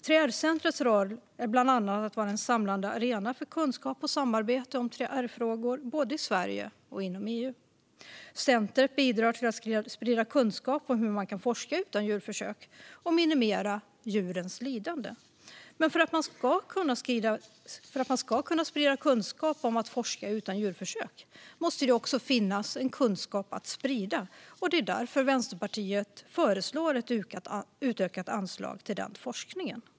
3R-centrets roll är bland annat att vara en samlande arena för kunskap och samarbete om 3R-frågor både i Sverige och inom EU. Centret bidrar till att sprida kunskap om hur man kan forska utan djurförsök och minimera djurens lidande. Men för att man ska kunna sprida kunskap om att forska utan djurförsök måste det också finnas kunskap att sprida. Det är därför Vänsterpartiet föreslår ett utökat anslag till den forskningen.